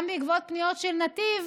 גם בעקבות פניות של נתיב,